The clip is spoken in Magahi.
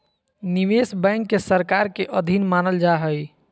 निवेश बैंक के सरकार के अधीन मानल जा हइ